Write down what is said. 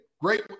Great